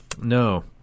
no